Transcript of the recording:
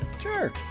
Sure